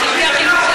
אני אומרת לך,